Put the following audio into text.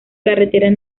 carreteras